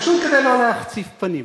פשוט כדי לא להחציף פנים.